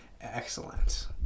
excellent